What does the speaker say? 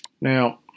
now